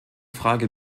frage